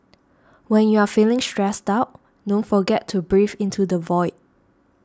when you are feeling stressed out don't forget to breathe into the void